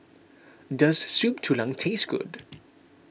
does Soup Tulang taste good